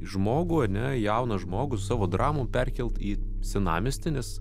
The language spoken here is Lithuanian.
žmogų ane jauną žmogų au savo dramom perkelt į senamiestį nes